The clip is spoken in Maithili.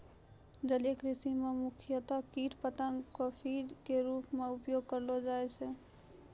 जलीय कृषि मॅ मुख्यतया कीट पतंगा कॅ फीड के रूप मॅ उपयोग करलो जाय छै